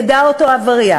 יֵדע אותו עבריין,